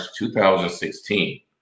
2016